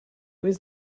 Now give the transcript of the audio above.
was